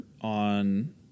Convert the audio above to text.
on